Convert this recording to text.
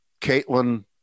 Caitlin